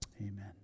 Amen